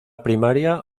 primaria